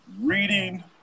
reading